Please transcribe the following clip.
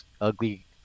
ugly